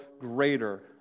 greater